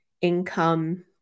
income